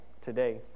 today